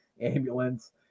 ambulance